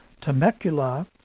Temecula